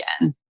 again